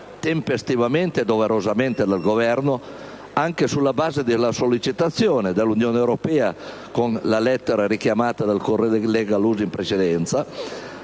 tempestivamente e doverosamente dal Governo, anche sulla base delle sollecitazione dell'Unione europea, con la lettera richiamata dal collega Lusi -